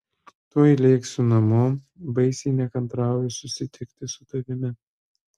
tuoj lėksiu namo baisiai nekantrauju susitikti su tavimi